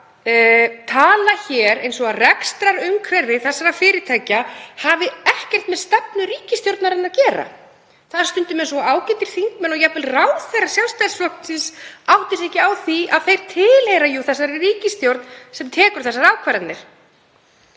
tala hér eins og rekstrarumhverfi þessara fyrirtækja hafi ekkert með stefnu ríkisstjórnarinnar að gera. Það er stundum eins og ágætir þingmenn og jafnvel ráðherrar Sjálfstæðisflokksins átti sig ekki á því að þeir tilheyra ríkisstjórninni sem tekur þessar ákvarðanir.